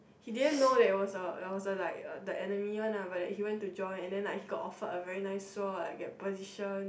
he didn't know that it was a it was a like uh the enemy one lah but then he went to join and then he like got offered like a very nice sword like get position